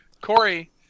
Corey